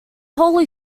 holy